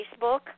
Facebook